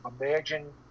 imagine